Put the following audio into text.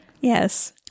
Yes